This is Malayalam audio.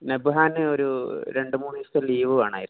നബ്ഹാന് ഒരു രണ്ടുമൂന്ന് ദിവസത്തെ ലീവ് വേണമായിരുന്നു